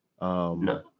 No